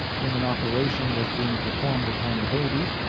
when an operation was being performed upon the baby,